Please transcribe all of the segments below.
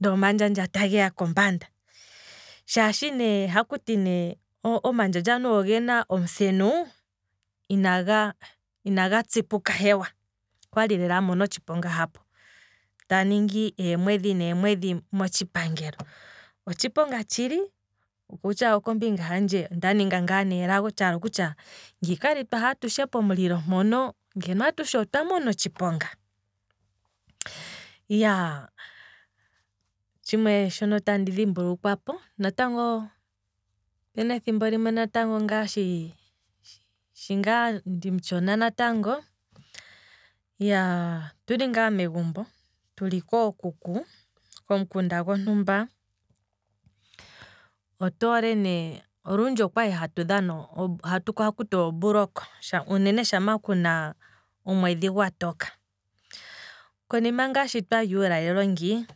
Nde omandjandja ta geya kombanda, shaashi ne ohakuti ne omandjandja ogena omuthenu, inaga tsipuka hewa, maala okwali amona otshiponga hapo, taningi eemwedhi neemwedhi motshipangelo, otshiponga tshili, ashike kombinga handje onda ninga ngaa ne elago, tshaala kutya ngeno okwali twaha atushe pomulilo mpoka ngeno atushe otwa mona otshiponga, iyaa, otshimwe shoka tandi dhimbulikwapo, natango opena ethimbo limwe natango shi ngaa ndimu tshona natango, iyaa, otuli ngaa megumbo tuli kookuku, komukunda gontumba, olundji otoole ne hatu dhana akuti omboloka uunene shampa kuna omwedhi gwatoka, konima ngaa shi twalya uulalelo ngii,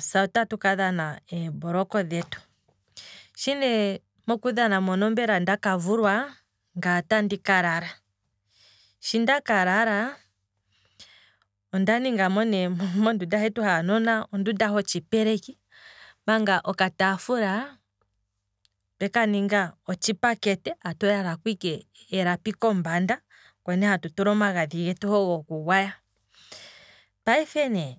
se otatu kadhana eemboloko dhetu, shi nee mokudhana mono ndaka vulwa ngaye otandi ka lala, shi ndaka lala, onda ningamo ne ondunda haanona ondunda hotshipeleki, manga oka taafula otshipeleki, tatu yalako ike elapi kombanda, oko ne hatu tula omagadhi getu goku gwaya, payife nee